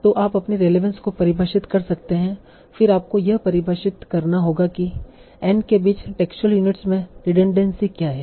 तो आप अपनी रेलेवंस को परिभाषित कर सकते हैं फिर आपको यह भी परिभाषित करना होगा कि n के बीच टेक्सुअल यूनिट्स में रिडनड़ेंसी क्या है